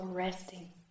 Resting